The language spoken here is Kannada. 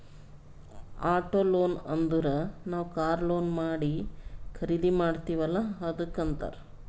ಆಟೋ ಲೋನ್ ಅಂದುರ್ ನಾವ್ ಕಾರ್ ಲೋನ್ ಮಾಡಿ ಖರ್ದಿ ಮಾಡ್ತಿವಿ ಅಲ್ಲಾ ಅದ್ದುಕ್ ಅಂತ್ತಾರ್